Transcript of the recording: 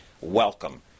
Welcome